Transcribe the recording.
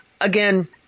again